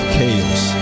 Chaos